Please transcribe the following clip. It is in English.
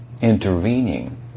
intervening